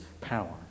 power